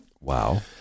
Wow